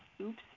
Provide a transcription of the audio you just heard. Oops